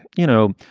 you know,